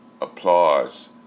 applause